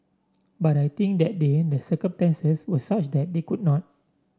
but I think that day the circumstances were such that they could not